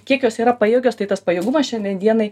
kiek jos yra pajėgios tai tas pajėgumas šiandien dienai